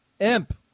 Imp